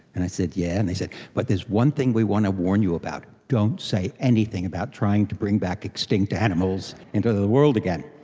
and i said, yeah? and they said but there's one thing we want to warn you about, don't say anything about trying to bring back extinct animals into the world again.